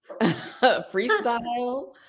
freestyle